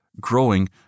growing